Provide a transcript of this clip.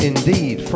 Indeed